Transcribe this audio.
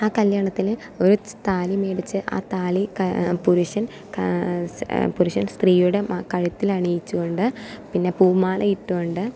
ആ കല്യാണത്തില് ഒരു താലി മേടിച്ച് ആ താലി ക പുരുഷൻ സ പുരുഷൻ സ്ത്രീയുടെ മ കഴുത്തിൽ അണിയിച്ചു കൊണ്ട് പിന്നെ പൂമാല ഇട്ടുകൊണ്ട്